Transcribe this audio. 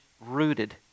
rooted